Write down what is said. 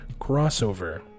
crossover